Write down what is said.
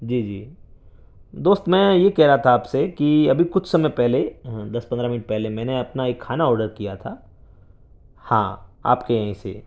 جی جی دوست میں یہ کہہ رہا تھا آپ سے کہ ابھی کچھ سمے پہلے ہاں دس پندرہ منٹ پہلے میں نے اپنا ایک کھانا آڈر کیا تھا ہاں آپ کے یہیں سے